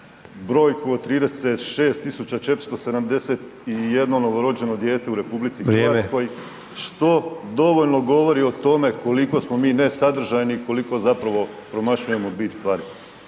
brojku od 36 471 novorođeno dijete u RH .../Upadica: Vrijeme./... , što dovoljno govori o tome koliko smo mi nesadržajni i koliko zapravo promašujemo bit stvari.